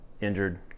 injured